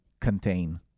contain